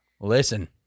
listen